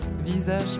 visage